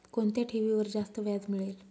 कोणत्या ठेवीवर जास्त व्याज मिळेल?